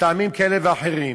מטעמים כאלה ואחרים,